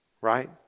right